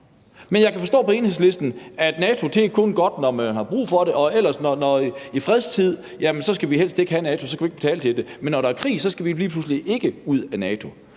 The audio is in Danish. Men jeg kan forstå på Enhedslisten, at NATO kun er godt, når man har brug for det, men i fredstid skal vi helst ikke have NATO, og så skal vi ikke betale til det. Men når der er krig, skal vi lige pludselig ikke ud af NATO.